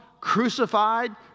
crucified